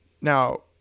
Now